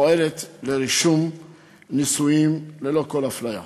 פועלת לרישום נישואים ללא כל אפליה.